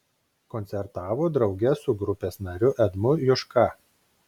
koncertavo drauge su grupės nariu edmu juška